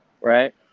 Right